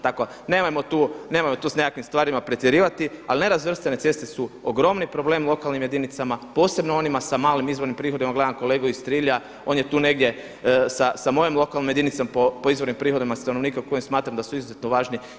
Tako nemojmo tu s nekakvim stvarima pretjerivati ali nerazvrstane ceste su ogromni problem lokalnim jedinicama, posebno onima sa malim izvornim prihodima, gledam kolegu iz Trilja, on je tu negdje sa mojom lokalnom jedinicom po izvornim prihodima stanovnika kojim smatram da su izuzetno važni.